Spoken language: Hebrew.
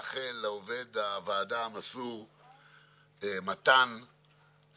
לעמותות שמתעסקות בחסדים.